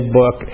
book